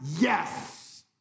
Yes